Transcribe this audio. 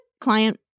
client